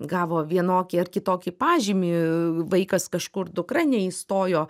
gavo vienokį ar kitokį pažymį vaikas kažkur dukra neįstojo